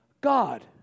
God